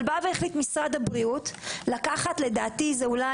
אבל בא והחליט משרד הבריאות לקחת אולי